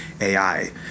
ai